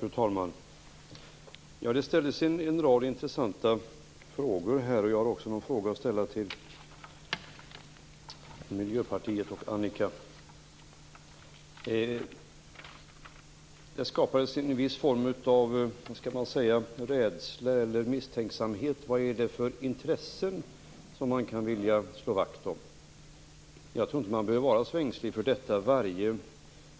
Fru talman! Det ställdes en rad intressanta frågor här. Jag har också några frågor att ställa till Miljöpartiet och Annika Nordgren. Det har skapats en viss form av rädsla eller misstänksamhet. Vad är det för intressen som man kan vilja slå vakt om? undrar man. Jag tror inte att man behöver vara så ängslig för detta.